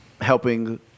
helping